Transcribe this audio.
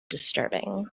disturbing